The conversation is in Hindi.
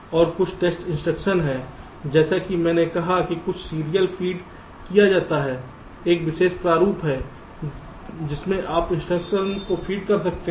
और कुछ टेस्ट इंस्ट्रक्शंस हैं जैसा कि मैंने कहा कि जो सीरियल फीड किया जाता है एक विशेष प्रारूप है जिसमें आप इंस्ट्रक्शंस को फीड कर सकते हैं